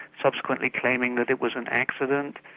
subsequently claiming that it was an accident.